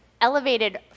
elevated